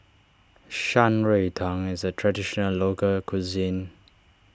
Shan Rui Tang is a Traditional Local Cuisine